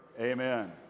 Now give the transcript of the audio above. amen